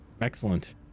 Excellent